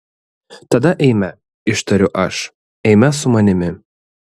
tada eime ištariu aš eime su manimi